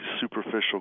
superficial